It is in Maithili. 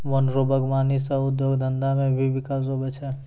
वन रो वागबानी सह उद्योग धंधा मे भी बिकास हुवै छै